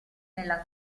nella